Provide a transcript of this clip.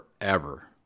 forever